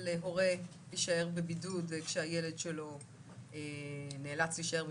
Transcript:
הורה להישאר בבידוד כשהילד שלו נאלץ להישאר בבידוד,